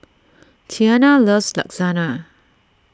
Tianna loves Lasagna